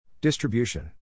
Distribution